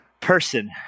person